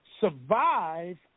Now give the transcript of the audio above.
survive